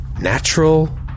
Natural